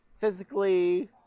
physically